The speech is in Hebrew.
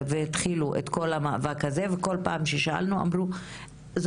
כשהתחילו את כל המאבק הזה והתחילו להגיד כל פעם ששאלנו "יש פערים",